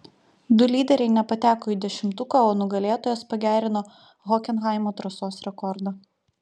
du lyderiai nepateko į dešimtuką o nugalėtojas pagerino hokenhaimo trasos rekordą